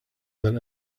that